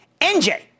NJ